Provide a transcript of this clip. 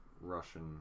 russian